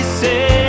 say